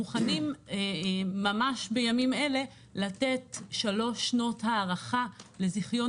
מוכנים ממש בימים אלה לתת שלוש שנות הארכה לזיכיון